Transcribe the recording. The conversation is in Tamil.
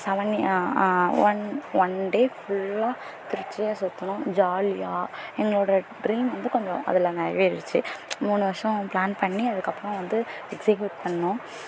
seven year one one day ஃபுல்லாக திருச்சியை சுற்றினோம் ஜாலியாக என்னோட ட்ரீம் வந்து கொஞ்சம் அதில் நிறைவேறிடுச்சி மூணு வருஷம் பிளான் பண்ணி அதுக்கப்புறம் வந்து எக்சிகியூட் பண்ணிணோம்